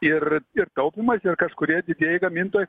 ir ir taupymas ir kažkurie didieji gamintojai